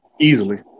easily